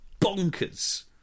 bonkers